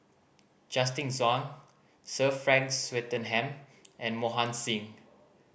Justin Zhuang Sir Frank Swettenham and Mohan Singh